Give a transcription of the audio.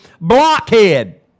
Blockhead